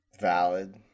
valid